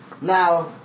Now